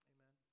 Amen